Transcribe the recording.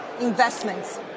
investments